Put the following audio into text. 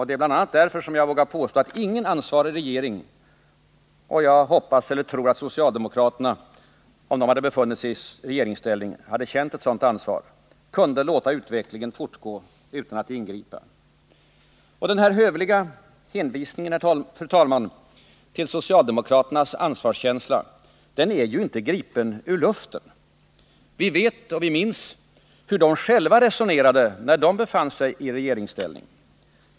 Det är bl.a. därför som jag vågar påstå att ingen ansvarig regering — och jag tror att även socialdemokraterna, om de hade befunnit sig i regeringsställning, hade känt ett sådant ansvar — kunde låta utvecklingen fortgå utan att ingripa. Och, fru talman, min hövliga hänvisning till socialdemokraternas ansvarskänsla är ju inte gripen ur luften. Vi vet och vi minns hur de själva resonerade när de befann sig i regeringsställning.